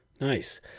Nice